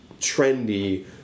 trendy